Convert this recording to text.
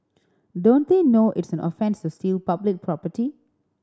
don't they know it's an offence to steal public property